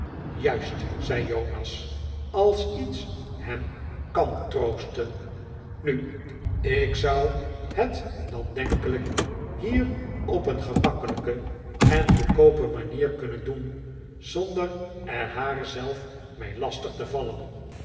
juist zei jonas als iets hem kan troosten nu ik zou het dan denkelijk hier op een gemakkelijke en goedkoope manier kunnen doen zonder er haar zelf mee lastig te vallen